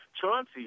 Chauncey